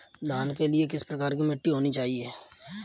धान के लिए किस प्रकार की मिट्टी होनी चाहिए?